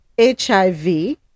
HIV